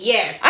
Yes